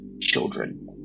children